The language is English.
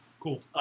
cool